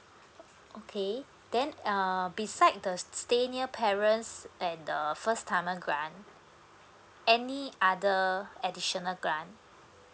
okay then uh beside the stay near parents and the first timer grant any other additional grant